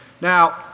Now